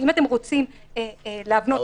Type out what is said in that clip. אם אתם רוצים להבנות את זה,